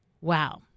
wow